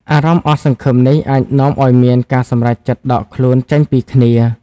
អារម្មណ៍អស់សង្ឃឹមនេះអាចនាំឲ្យមានការសម្រេចចិត្តដកខ្លួនចេញពីគ្នា។